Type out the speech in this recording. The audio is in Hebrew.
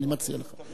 אני מציע לך.